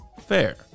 fair